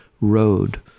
road